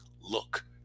Look